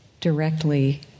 directly